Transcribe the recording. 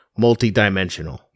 multidimensional